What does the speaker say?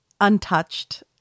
Untouched